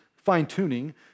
fine-tuning